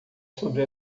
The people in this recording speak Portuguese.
sobre